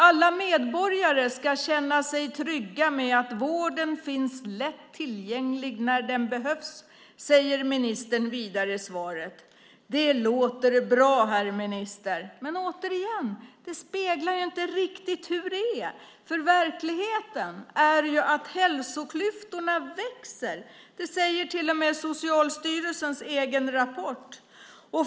Alla medborgare ska känna sig trygga med att vården finns lätt tillgänglig när den behövs, säger ministern vidare i svaret. Det låter bra, herr minister. Men, återigen, det speglar ju inte riktigt hur det är, för verkligheten är att hälsoklyftorna växer. Det säger till och med Socialstyrelsen i sin rapport.